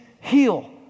heal